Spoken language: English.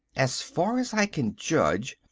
as far as i can judge,